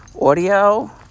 audio